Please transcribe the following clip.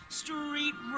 street